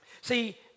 See